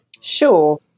Sure